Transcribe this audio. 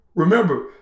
Remember